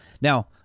now